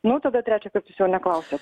nu tada trečiąkart jūs jau neklausėt